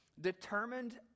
determined